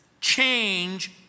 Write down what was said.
change